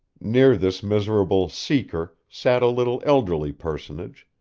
near this miserable seeker sat a little elderly personage,